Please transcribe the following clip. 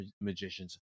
magicians